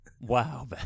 wow